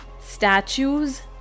statues